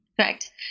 Correct